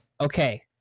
okay